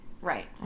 Right